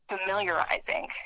familiarizing